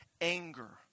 anger